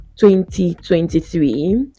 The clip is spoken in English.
2023